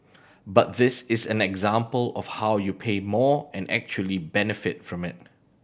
but this is an example of how you pay more and actually benefit from it